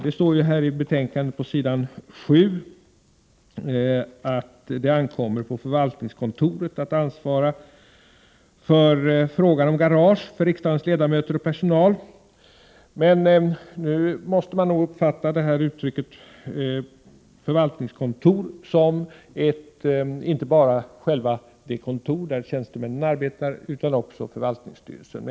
Det står på s. 7 i betänkandet att det ankommer på förvaltningskontoret att ansvara för frågan om garage för riksdagens ledamöter och personal. Men man måste nog uppfatta ”förvaltningskontoret” inte bara som det kontor där tjänstemännen arbetar utan också som förvaltningsstyrelsen.